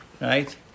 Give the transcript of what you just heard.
right